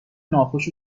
ناخوش